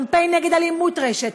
קמפיין נגד אלימות רשת,